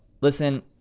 listen